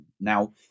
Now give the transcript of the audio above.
now